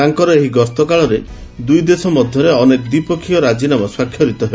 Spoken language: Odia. ତାଙ୍କର ଏହି ଗସ୍ତରେ କାଳରେ ଦୁଇ ଦେଶ ମଧ୍ୟରେ ଅନେକ ଦ୍ୱିପକ୍ଷିୟ ରାଜିନାମା ସ୍ପାକ୍ଷରିତ ହେବ